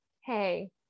Hey